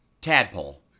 tadpole